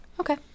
Okay